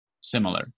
similar